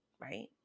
right